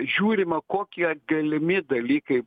žiūrima kokie galimi dalykai